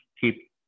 keep